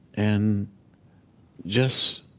and just